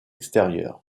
extérieur